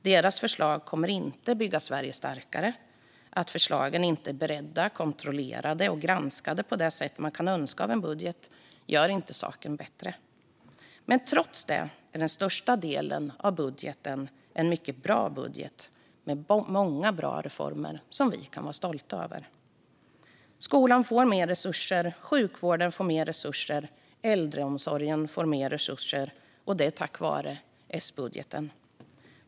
Deras förslag kommer inte att bygga Sverige starkare. Att förslagen inte är beredda, kontrollerade och granskade på det sätt man kan önska av en budget gör inte saken bättre. Men trots detta är den största delen av budgeten en mycket bra budget med många bra reformer som vi kan vara stolta över. Skolan får mer resurser. Sjukvården får mer resurser. Äldreomsorgen får mer resurser. Det är tack vare S-budgeten.